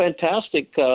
fantastic